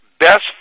best